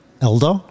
elder